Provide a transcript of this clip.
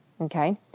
Okay